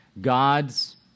God's